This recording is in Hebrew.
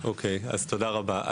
תודה רבה.